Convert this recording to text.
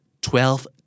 twelve